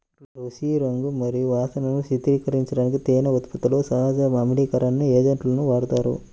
రుచి, రంగు మరియు వాసనను స్థిరీకరించడానికి తేనె ఉత్పత్తిలో సహజ ఆమ్లీకరణ ఏజెంట్లను వాడతారు